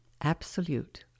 absolute